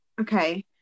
okay